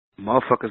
Motherfuckers